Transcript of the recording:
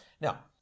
Now